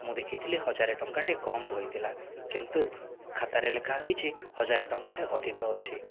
ମୁଁ ଦେଖିଥିଲି ହଜାରେ ଟଙ୍କାଟେ କମ୍ ରହିଥିଲା କିନ୍ତୁ ଖାତାରେ ଲେଖା ହୋଇଛି ହଜାରେ ଟଙ୍କାଟେ ଅଧିକ ଅଛି